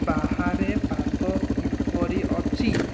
ବାହାରେ ପାଗ କିପରି ଅଛି